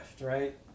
right